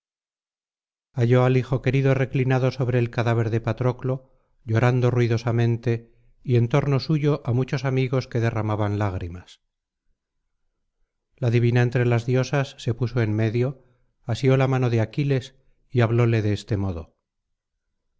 halló al hijo querido reclinado sobre el cadáver de patroclo llorando ruidosamente y en torno suyo á muchos amigos que derramaban lágrimas la divina entre las diosas se puso en medio asió la mano de aquiles y hablóle de este modo